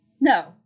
No